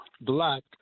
black